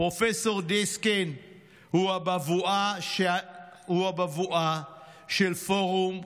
פרופ' דיסקין הוא הבבואה של פורום קהלת,